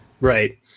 Right